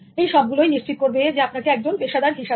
এই সবগুলোই নিশ্চিত করবে আপনাকে একজন পেশাদার হিসাবে